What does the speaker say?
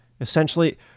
Essentially